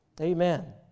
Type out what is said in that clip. Amen